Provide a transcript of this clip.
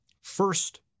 first